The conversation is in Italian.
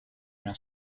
una